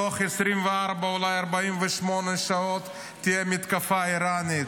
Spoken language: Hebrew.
תוך 24, אולי 48 שעות, תהיה מתקפה איראנית.